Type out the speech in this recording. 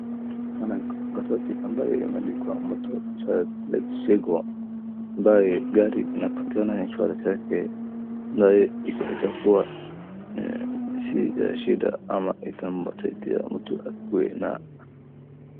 Naona kuna chati ambayo imeandikwa motor insurance lets go ambayo gari inapatiana insurance yake nayo itakuwa si ya shida ama itamsaidia mtu akuwe na.